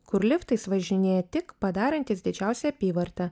kur liftais važinėja tik padarantys didžiausią apyvartą